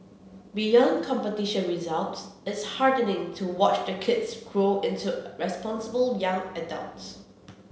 beyond competition results it's heartening to watch the kids grow into responsible young adults